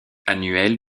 annuel